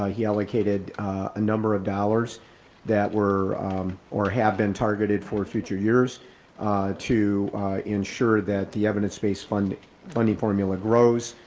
ah he allocated a number of dollars that were or have been targeted for future years to ensure that the evidence base funding funding formula grows.